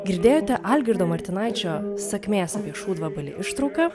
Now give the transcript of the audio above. girdėjote algirdo martinaičio sakmės apie šūdvabalį ištrauką